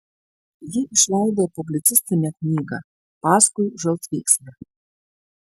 ji išleido publicistinę knygą paskui žaltvykslę